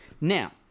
Now